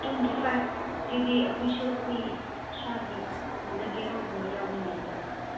twenty ꯐꯥꯏꯕꯀꯤꯗꯤ ꯑꯩꯈꯣꯏꯁꯨ ꯑꯩꯈꯣꯏ ꯏꯁꯥꯒꯤ ꯈꯨꯟꯗ ꯀꯦꯔꯣꯜꯒꯨꯝꯕ ꯌꯥꯎꯅꯤꯡꯉꯤꯗꯅ